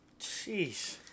Jeez